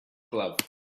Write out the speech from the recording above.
glove